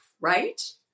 right